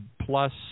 plus